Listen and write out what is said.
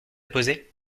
posé